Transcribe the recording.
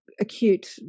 acute